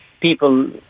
people